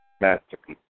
masterpiece